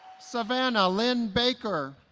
savannah lynne baker